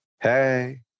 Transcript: Hey